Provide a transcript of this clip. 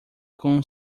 com